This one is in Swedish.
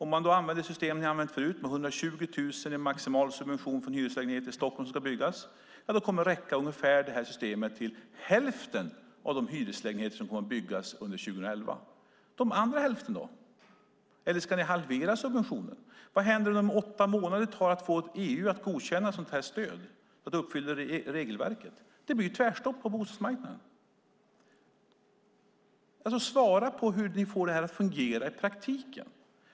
Använder man det system ni använt förut med 120 000 i maximal subvention till nya hyreslägenheter i Stockholm kommer det att räcka till ungefär hälften av de hyreslägenheter som ska byggas under 2011. Hur blir det med den andra hälften? Eller ska ni halvera subventionen? Vad händer under de åtta månader det tar att få EU att godkänna att stödet uppfyller regelverket? Det blir tvärstopp på bostadsmarknaden. Svara på hur ni får det att fungera i praktiken!